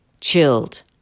chilled